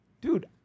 Dude